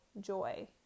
joy